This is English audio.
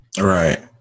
right